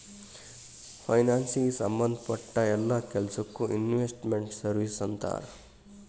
ಫೈನಾನ್ಸಿಗೆ ಸಂಭದ್ ಪಟ್ಟ್ ಯೆಲ್ಲಾ ಕೆಲ್ಸಕ್ಕೊ ಇನ್ವೆಸ್ಟ್ ಮೆಂಟ್ ಸರ್ವೇಸ್ ಅಂತಾರ